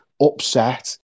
upset